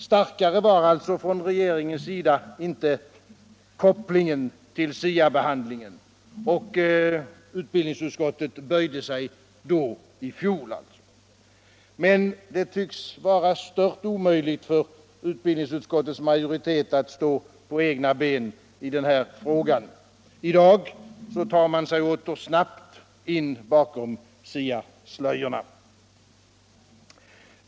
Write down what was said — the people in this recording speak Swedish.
Starkare var alltså från regeringens sida inte kopplingen till SIA behandlingen, och utbildningsutskottet böjde sig då = i fjol. Men det tycks vara stört omöjligt för utbildningsutskottets majoritet att stå på egna ben i den här frågan. I dag drar man sig åter snabbt in bakom SIA-slöjorna.